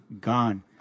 gone